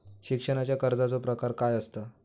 शिक्षणाच्या कर्जाचो प्रकार काय आसत?